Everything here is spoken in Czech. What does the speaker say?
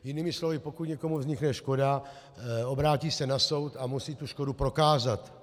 Jinými slovy, pokud někomu vznikne škoda, obrátí se na soud a musí tu škodu prokázat.